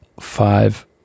five